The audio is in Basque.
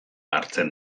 hartzen